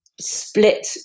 split